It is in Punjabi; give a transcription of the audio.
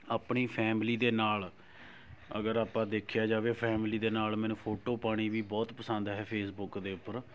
ਆਪਣੀ ਫੈਮਲੀ ਦੇ ਨਾਲ਼ ਅਗਰ ਆਪਾਂ ਦੇਖਿਆ ਜਾਵੇ ਫੈਮਲੀ ਦੇ ਨਾਲ਼ ਮੈਨੂੰ ਫੋਟੋ ਪਾਉਣੀ ਵੀ ਬਹੁਤ ਪਸੰਦ ਹੈ ਫੇਸਬੁੱਕ ਦੇ ਉੱਪਰ